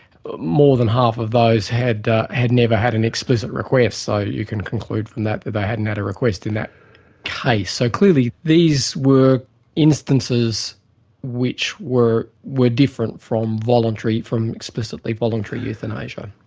but more than half of those had had never had an explicit request. so you can conclude from that that they hadn't had a request in that case. so clearly, these were instances which were were different from voluntary, from explicitly voluntary euthanasia.